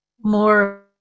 more